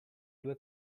due